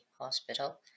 Hospital